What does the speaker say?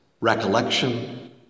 Recollection